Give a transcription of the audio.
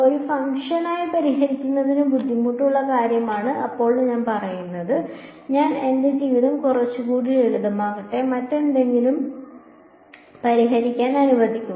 ഒരു ഫംഗ്ഷനായി പരിഹരിക്കുന്നത് ബുദ്ധിമുട്ടുള്ള കാര്യമാണെന്ന് ഇപ്പോൾ ഞാൻ പറയുന്നു ഞാൻ എന്റെ ജീവിതം കുറച്ചുകൂടി ലളിതമാക്കട്ടെ മറ്റെന്തെങ്കിലും പരിഹരിക്കാൻ അനുവദിക്കുക